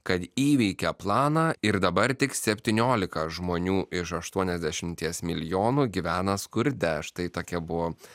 kad įveikė planą ir dabar tik septyniolika žmonių iš aštuoniasdešimties milijonų gyvena skurde štai tokia buvo